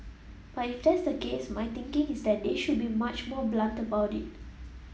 but if that's the case my thinking is that they should be much more blunt about it